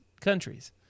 countries